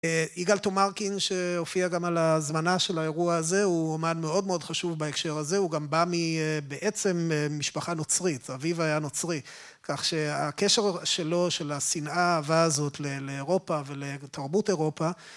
יגאל תומרקין שהופיע גם על ההזמנה של האירוע הזה, הוא אומן מאוד מאוד חשוב בהקשר הזה, הוא גם בא מבעצם משפחה נוצרית, אביו היה נוצרי, כך שהקשר שלו, של השנאה, האהבה הזאת לאירופה ולתרבות אירופה,